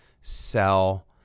sell